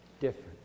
different